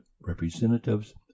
representatives